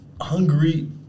Hungary